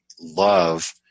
love